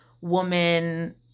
woman